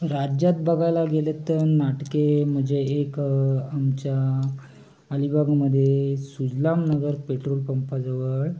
राज्यात बघायला गेलं तर नाटके म्हणजे एक अमच्या अलिबागमधे सुजलाम नगर पेट्रोल पंपाजवळ